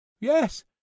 Yes